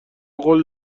قول